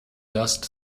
dust